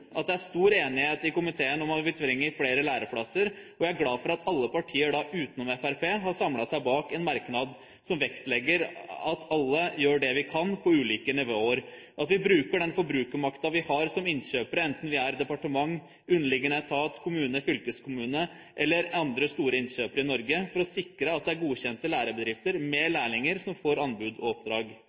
at det er stor enighet i komiteen om at vi trenger flere læreplasser. Jeg er glad for at alle partier utenom Fremskrittspartiet har samlet seg bak en merknad som vektlegger at alle gjør det vi kan på ulike nivåer, at vi bruker den forbrukermakten vi har som innkjøpere, enten om vi er departement, underliggende etat, kommune, fylkeskommune eller andre store innkjøpere i Norge for å sikre at det er godkjente lærebedrifter med lærlinger som får anbud og oppdrag.